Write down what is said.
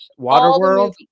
Waterworld